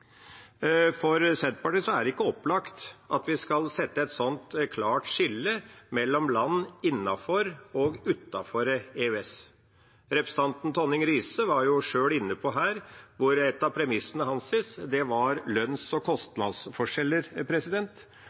For Senterpartiet er det ikke opplagt at vi skal sette et sånt klart skille mellom land innenfor og utenfor EØS. Representanten Tonning Riise var sjøl inne på det her, hvor et av hans premisser var lønns- og kostnadsforskjeller.